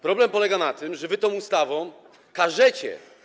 Problem polega na tym, że wy tą ustawą każecie.